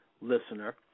listener